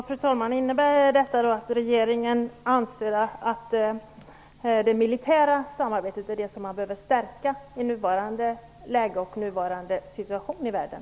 Fru talman! Innebär detta då att regeringen anser att det militära samarbetet är det som man behöver stärka i nuvarande läge och nuvarande situation i världen?